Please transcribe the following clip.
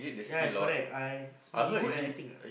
ya it's correct I he good at acting lah